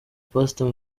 pastor